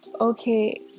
Okay